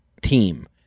team